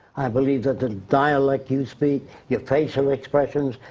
i believe that the dialect you speak, your facial expressions,